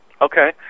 Okay